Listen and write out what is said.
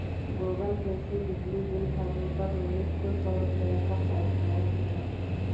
Google Pay से बिजली bill भरने पर रोहित को सौ रूपए का कैशबैक मिला